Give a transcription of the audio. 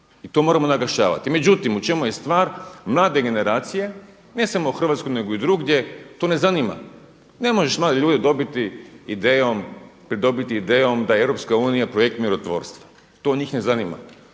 i to moramo naglašavati. Međutim, u čemu je stvar? Mlade generacije, ne samo u Hrvatskoj nego i drugdje to ne zanima. Ne možeš mlade ljude dobiti idejom, pridobiti idejom da je EU projekt mirotvorstva, to njih ne zanima.